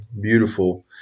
beautiful